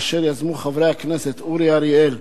אשר יזמו חברי הכנסת אורי אריאל,